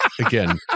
Again